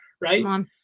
Right